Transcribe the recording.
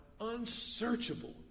unsearchable